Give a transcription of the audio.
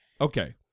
Okay